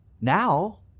Now